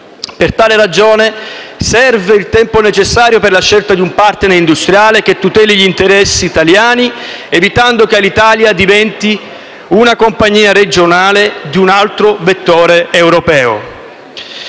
Per tale ragione, serve il tempo necessario per la scelta di un *partner* industriale che tuteli gli interessi italiani evitando che l'Alitalia diventi una compagnia regionale di un altro vettore europeo.